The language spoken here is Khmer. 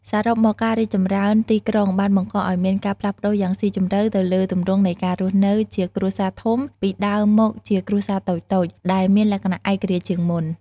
សរុបមក ការរីកចម្រើនទីក្រុងបានបង្កឱ្យមានការផ្លាស់ប្ដូរយ៉ាងស៊ីជម្រៅទៅលើទម្រង់នៃការរស់នៅជាគ្រួសារធំពីដើមមកជាគ្រួសារតូចៗ ដែលមានលក្ខណៈឯករាជ្យជាងមុន។